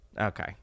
okay